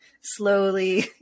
slowly